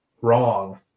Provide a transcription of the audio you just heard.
wrong